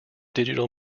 digital